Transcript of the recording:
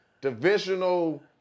divisional